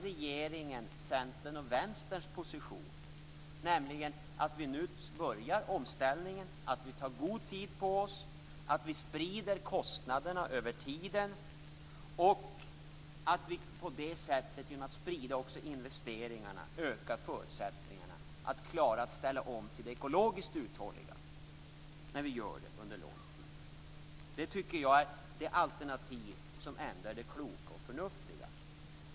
Regeringens, Centerns och Vänsterns position, nämligen att vi nu börjar omställningen, att vi tar god tid på oss och att vi sprider kostnaderna över tiden genom att sprida också investeringarna ökar förutsättningarna för att klara att ställa om till det ekologiskt uthålliga, eftersom vi gör det under lång tid. Det tycker jag är det alternativ som är det kloka och förnuftiga.